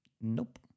Nope